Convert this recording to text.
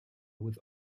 with